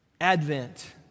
Advent